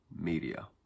media